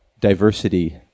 diversity